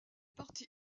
parties